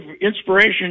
inspiration